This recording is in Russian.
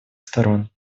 сторон